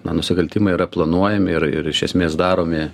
na nusikaltimai yra planuojami ir ir iš esmės daromi